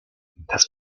das